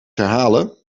herhalen